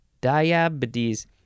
diabetes